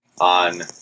on